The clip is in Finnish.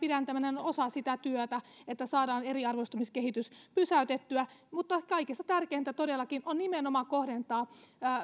pidentäminen on osa sitä työtä että saadaan eriarvoistumiskehitys pysäytettyä mutta kaikista tärkeintä todellakin on nimenomaan kohdentaa